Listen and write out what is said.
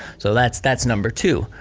so that's that's number two.